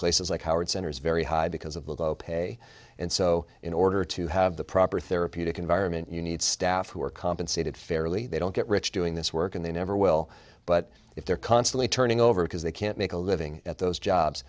places like howard center is very high because of low pay and so in order to have the proper therapeutic environment you need staff who are compensated fairly they don't get rich doing this work and they never will but if they're constantly turning over because they can't make a living at those jobs